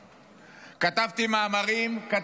כן, כן.